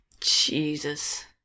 Jesus